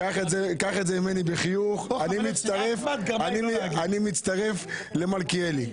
-- קח את זה ממני בחיוך, אני מצטרף למלכיאלי.